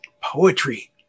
poetry